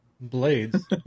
Blades